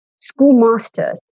schoolmasters